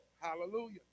Hallelujah